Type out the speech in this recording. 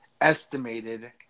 estimated